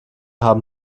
haben